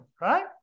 right